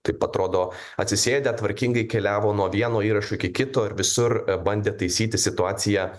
taip atrodo atsisėdę tvarkingai keliavo nuo vieno įrašo iki kito ir visur bandė taisyti situaciją